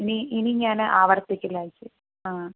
ഇനി ഇനി ഞാൻ ആവർത്തിക്കില്ല ചേച്ചി